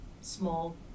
small